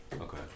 Okay